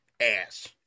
ass